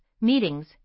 meetings